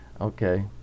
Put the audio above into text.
Okay